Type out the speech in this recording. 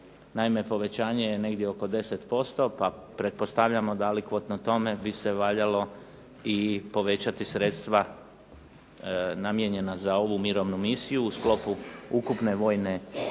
Naime, povećanje je negdje oko 10% pa pretpostavljamo da li kvotno tome bi se valjalo i povećati sredstva namijenjena za ovu mirovnu misiju u sklopu ukupne vojne